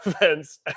events